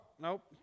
nope